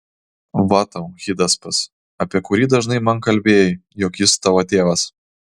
va tau hidaspas apie kurį dažnai man kalbėjai jog jis tavo tėvas